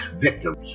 victims